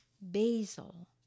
basil